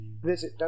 visit